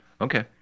Okay